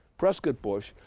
prescott bush,